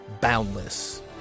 boundless